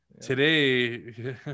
today